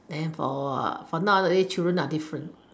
then for for nowadays children are different